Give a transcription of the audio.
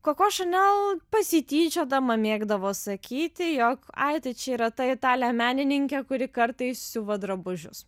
koko chanel pasityčiodama mėgdavo sakyti jog ai tai čia yra ta italė menininkė kuri kartais siuva drabužius